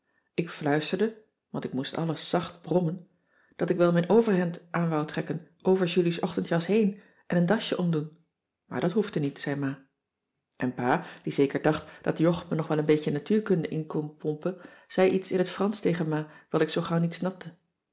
ik fluisterde want ik moest alles zacht brommen dat ik wel mijn overhemd aan wou trekken over julie's ochtendjas heen en een dasje omdoen maar dat hoefde niet zei ma en pa die zeker dacht dat jog me nog wel een cissy van marxveldt de h b s tijd van joop ter heul beetje natuurkunde in kon pompen zei iets in t fransch tegen ma wat ik zoo gauw niet snapte